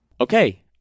Okay